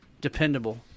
dependable